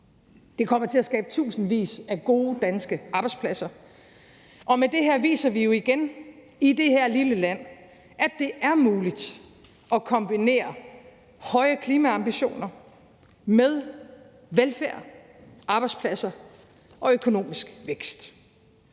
Det kommer til at skabe tusindvis af gode danske arbejdspladser, og med det her viser vi jo igen i det her lille land, at det er muligt at kombinere høje klimaambitioner med velfærd, arbejdspladser og økonomisk vækst.